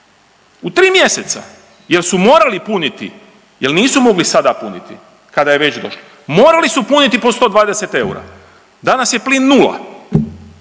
u 3 mjeseca jel su morali puniti, jel nisu mogli sada puniti kada je već došlo, morali su puniti po 120 eura, danas je plin nula.